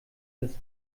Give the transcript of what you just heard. des